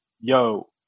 Yo